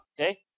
Okay